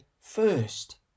first